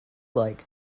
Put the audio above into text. like